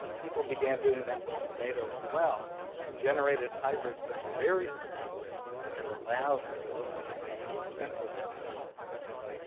people began doing that with tomato as well and generated hybrids that were very productive and allowed the localization, the centralization of production,